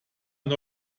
und